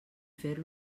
fer